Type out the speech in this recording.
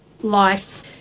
life